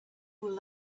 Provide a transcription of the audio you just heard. will